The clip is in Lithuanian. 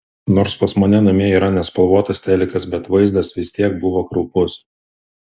nors pas mane namie yra nespalvotas telikas bet vaizdas vis tiek buvo kraupus